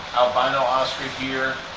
albino oscar here.